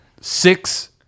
six